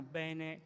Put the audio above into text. bene